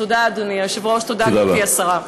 תודה, אדוני היושב-ראש, תודה, גברתי השרה.